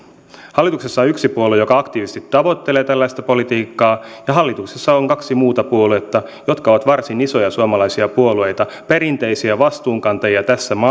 hallituksessa on yksi puolue joka aktiivisesti tavoittelee tällaista politiikkaa ja hallituksessa on kaksi muuta puoluetta jotka ovat varsin isoja suomalaisia puolueita tässä maassa perinteisiä vastuunkantajia jotka ovat